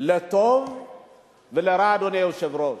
לטוב ולרע, אדוני היושב-ראש.